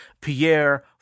Pierre